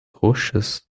roxas